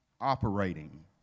operating